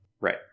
right